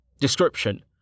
Description